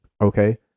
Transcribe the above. okay